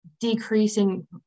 decreasing